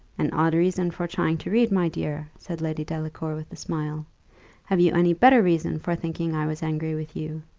an odd reason for trying to read, my dear! said lady delacour with a smile have you any better reason for thinking i was angry with you?